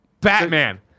Batman